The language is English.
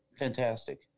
Fantastic